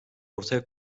ortaya